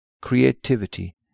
creativity